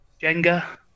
Jenga